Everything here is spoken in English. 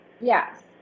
Yes